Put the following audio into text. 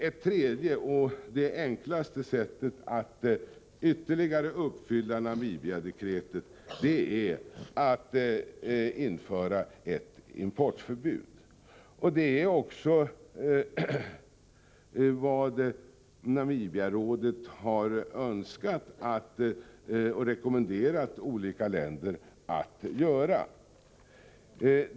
Ett tredje sätt — och det enklaste — är att införa ett importförbud. Det är också vad Namibiarådet har rekommenderat olika länder att göra.